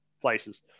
places